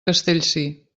castellcir